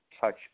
touch